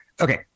Okay